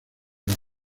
las